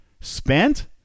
spent